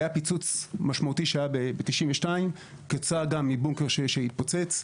היה פיצוץ משמעותי שהיה ב-1992, מבונקר שהתפוצץ.